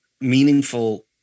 meaningful